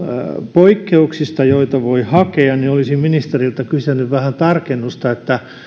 poikkeuksista joita voi hakea olisin ministeriltä kysellyt vähän tarkennusta